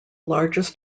largest